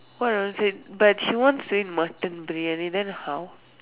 what wanted to say but she wants to eat mutton briyani then how